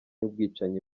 ubwicanyi